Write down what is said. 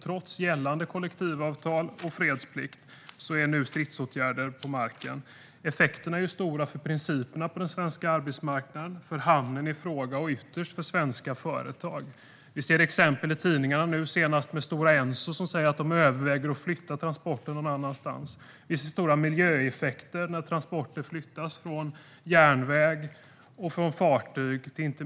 Trots gällande kollektivavtal och fredsplikt är det nu stridsåtgärder på marken. Effekterna är stora för principerna på den svenska arbetsmarknaden, för hamnen i fråga och ytterst för svenska företag. Vi ser exempel i tidningarna - senast är det Stora Enso som säger att de överväger att flytta transporter någon annanstans. Vi ser stora miljöeffekter när transporter flyttas från järnväg och fartyg till land.